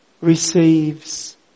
receives